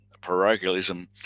parochialism